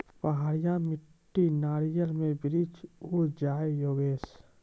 पहाड़िया मिट्टी नारियल के वृक्ष उड़ जाय योगेश?